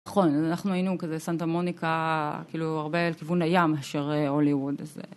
נכון, אנחנו היינו כזה סנטה מוניקה, כאילו הרבה לכיוון הים מאשר הוליווד, אז זה...